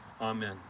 Amen